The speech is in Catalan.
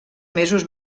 mesos